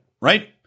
right